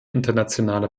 internationale